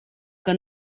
que